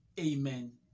Amen